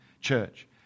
church